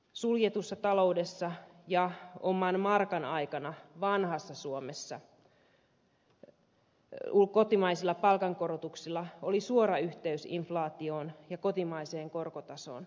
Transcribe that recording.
suljetussa taloudessa ja oman markan aikana vanhassa suomessa kotimaisilla palkankorotuksilla oli suora yhteys inflaatioon ja kotimaiseen korkotasoon